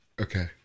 Okay